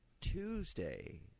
Tuesday